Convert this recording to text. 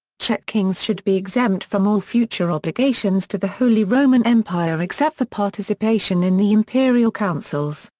czech kings should be exempt from all future obligations to the holy roman empire except for participation in the imperial councils.